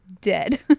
dead